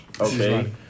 Okay